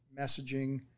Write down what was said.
messaging